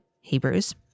Hebrews